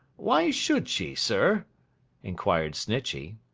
why should she, sir inquired snitchey.